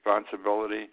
responsibility